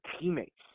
teammates